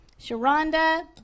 Sharonda